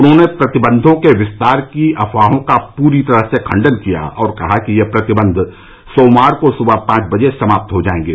उन्होंने प्रतिबंधों के विस्तार की अफवाहों का पूरी तरह से खंडन किया और कहा कि ये प्रतिबंध सोमवार को सुबह पांच बजे समाप्त हो जायेंगे